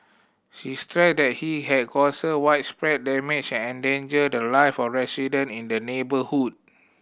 she stressed that he had caused widespread damage and endangered the live of resident in the neighbourhood